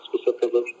specifically